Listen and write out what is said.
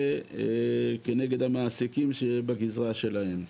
וכנגד המעסיקים בגזרה שלהם.